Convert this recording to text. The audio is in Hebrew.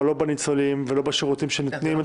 לא בניצולים ולא בשירותים שנותנים אותם.